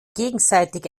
gegenseitige